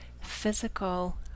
physical